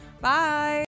Bye